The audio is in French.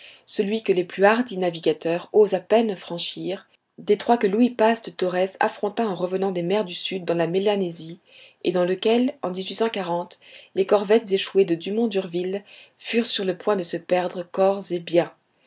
celui que les plus hardis navigateurs osent à peine franchir détroit que louis paz de torrès affronta en revenant des mers du sud dans la mélanésie et dans lequel en les corvettes échouées de dumont d'urville furent sur le point de se perdre corps et biens